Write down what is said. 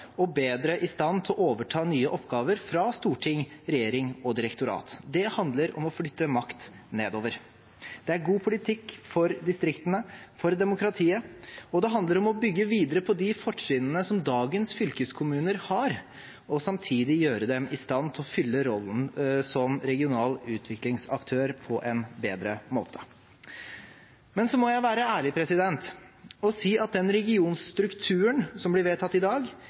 og bedre i stand til å overta nye oppgaver fra storting, regjering og direktorat. Det handler om å flytte makt nedover. Det er god politikk for distriktene og for demokratiet. Det handler om å bygge videre på de fortrinnene som dagens fylkeskommuner har, og samtidig gjøre regionene i stand til å fylle rollen som regionale utviklingsaktører på en bedre måte. Men så må jeg være ærlig og si at den regionstrukturen som blir vedtatt i dag,